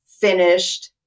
Finished